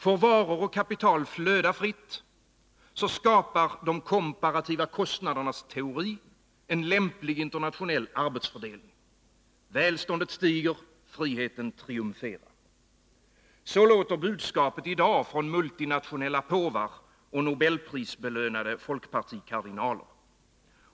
Får varor och kapital flöda fritt, skapar de komparativa kostnadernas teori en lämplig internationell arbetsfördelning. Välståndet stiger, friheten triumferar. Så låter budskapet i dag från multinationella påvar och nobelprisbelönade folkpartikardinaler.